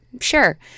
sure